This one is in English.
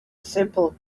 simple